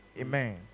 Amen